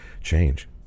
change